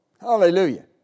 Hallelujah